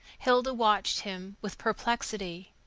hilda watched him with perplexity.